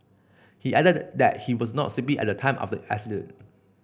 he added that he was not sleepy at the time of the accident